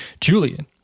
Julian